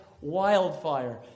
wildfire